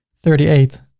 thirty eight,